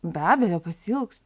be abejo pasiilgstu